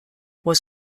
was